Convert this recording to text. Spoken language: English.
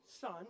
son